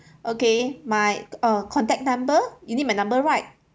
okay my uh contact number you need my number right